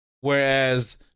Whereas